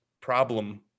problem